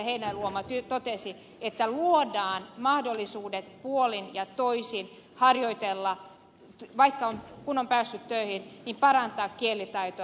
heinäluoma totesi että luodaan mahdollisuudet puolin ja toisin harjoitella kun on päässyt töihin ja parantaa kielitaitoa